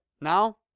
Now